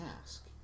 ask